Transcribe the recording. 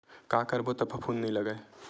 का करबो त फफूंद नहीं लगय?